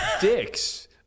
dicks